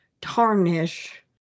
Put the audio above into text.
tarnish